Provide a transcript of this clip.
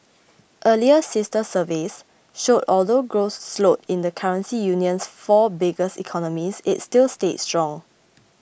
earlier sister surveys showed although growth slowed in the currency union's four biggest economies it still stayed strong